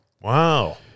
Wow